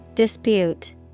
Dispute